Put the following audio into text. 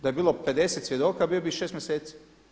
Da je bilo 50 svjedoka bio bi 6 mjeseci.